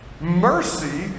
Mercy